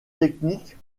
technique